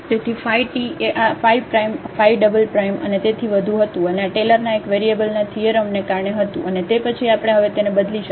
તેથી phi t એ આ phi prime phi double prime અને તેથી વધુ હતું અને આ ટેલરના એક વેરિયેબલના થીઅરમને કારણે હતું અને તે પછી આપણે હવે તેને બદલી શકીએ